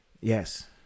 yes